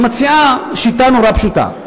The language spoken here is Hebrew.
והיא מציעה שיטה נורא פשוטה,